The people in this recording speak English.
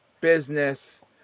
business